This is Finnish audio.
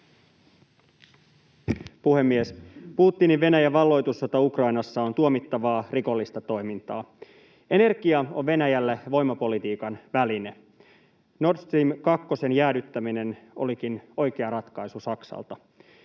Puhemies! Putinin Venäjän valloitussota Ukrainassa on tuomittavaa, rikollista toimintaa. Energia on Venäjälle voimapolitiikan väline — Nord Stream kakkosen jäädyttäminen olikin oikea ratkaisu Saksalta.